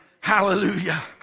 Hallelujah